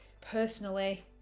personally